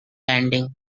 landing